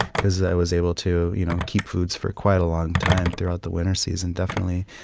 because that was able to you know keep foods for quite a long time, throughout the winter season definitely.